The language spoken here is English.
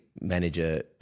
manager